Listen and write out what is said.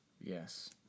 Yes